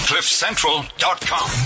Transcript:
Cliffcentral.com